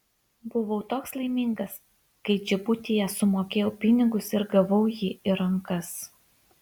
buvau toks laimingas kai džibutyje sumokėjau pinigus ir gavau jį į rankas